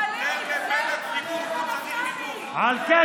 טאהא, תן לבנט חיבוק, הוא צריך חיבוק.